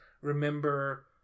remember